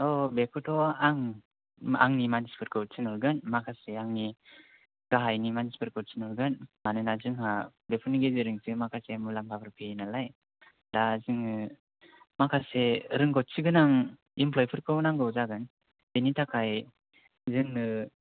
औ बेखौथ' आं आंनि मानसिफोरखौ थिनहरगोन माखासे आंनि गाहायनि मानसिफोरखौ थिनहरगोन मानोना जोंहा बेफोरनि गेजेरजोंसो माखासे मुलाम्फाफोर फैयो नालाय दा जोङो माखासे रोंगथि गोनां एमप्लइफोरखौ नांगौ जागोन बेनि थाखाय जोंनो